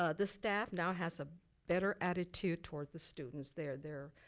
ah the staff now has a better attitude toward the students. they're they're